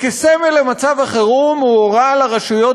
כסמל למצב החירום הוא הורה לרשויות